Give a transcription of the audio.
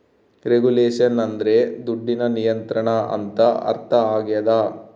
regulation ಅಂದ್ರೆ ದುಡ್ಡಿನ ನಿಯಂತ್ರಣ ಅಂತ ಅರ್ಥ ಆಗ್ಯದ